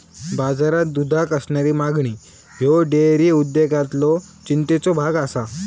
बाजारात दुधाक असणारी मागणी ह्यो डेअरी उद्योगातलो चिंतेचो भाग आसा